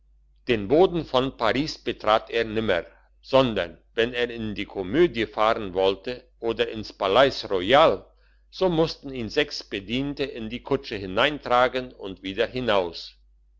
den boden von paris betrat er nimmer sondern wenn er in die komödie fahren wollte oder ins palais royal so mussten ihn sechs bedienten in die kutsche hineintragen und wieder hinaus